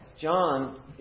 John